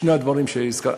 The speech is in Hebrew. שני הדברים שהזכרת.